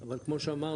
אבל כמו שאמרנו,